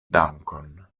dankon